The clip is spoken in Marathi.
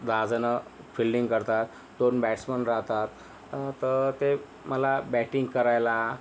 दहा जणं फिल्डिंग करतात दोन बॅट्समन राहतात तर ते मला बॅटिंग करायला